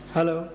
Hello